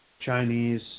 Chinese